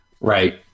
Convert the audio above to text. Right